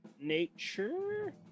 Nature